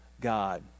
God